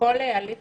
שכל הליך